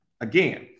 Again